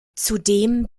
zudem